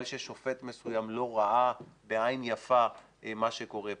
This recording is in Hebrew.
ששופט מסוים לא ראה בעין יפה מה שקורה פה.